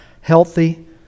healthy